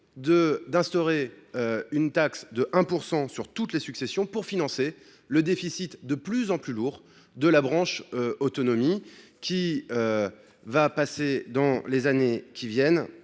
d’instaurer une taxe de 1 % sur toutes les successions pour financer le déficit de plus en plus lourd de la branche autonomie, qui va passer de 6 milliards